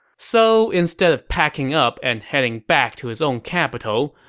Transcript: so instead of packing up and heading back to his own capital,